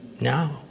now